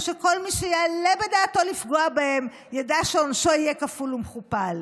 ושכל מי שיעלה בדעתו לפגוע בהם ידע שעונשו יהיה כפול ומכופל.